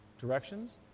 directions